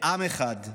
לעם אחד,